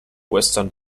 western